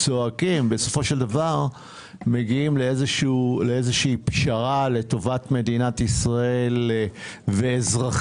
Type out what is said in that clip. צועקים ובסופו של דבר מגיעים לאיזו פשרה לטובת מדינת ישראל ואזרחיה.